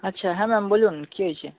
আচ্ছা হ্যাঁ ম্যাম বলুন কি হয়েছে